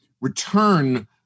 return